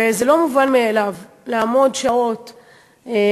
וזה לא מובן מאליו, לעמוד שעות בגשם,